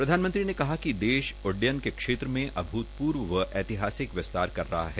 प्रधानमंत्री ने कहा कि देश उड्डयन के क्षेत्र में अभूतपूर्व व ऐतहासिक विस्तार कर रहा है